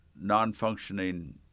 non-functioning